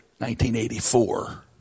1984